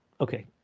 Okay